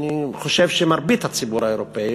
אני חושב שמרבית הציבור האירופי,